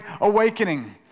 awakening